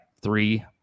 three